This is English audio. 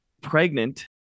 pregnant